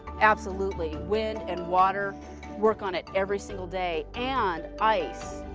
absolutely. wind and water work on it every single day, and ice.